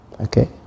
Okay